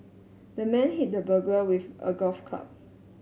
the man hit the burglar with a golf club